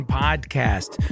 podcast